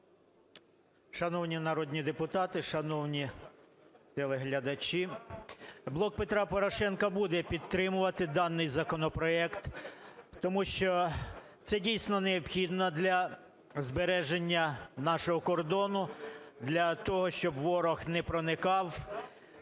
Шановні народні депутати! Шановні телеглядачі! "Блок Петра Порошенка" буде підтримувати даний законопроект, тому що це дійсно необхідно для збереження нашого кордону, для того щоб ворог не проникав на нашу